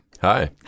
Hi